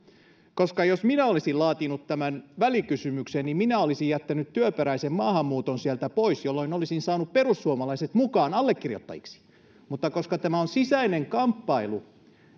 sisällä jos minä olisin laatinut tämän välikysymyksen niin minä olisin jättänyt työperäisen maahanmuuton sieltä pois jolloin olisin saanut perussuomalaiset mukaan allekirjoittajiksi mutta koska tämä on sisäinen kamppailu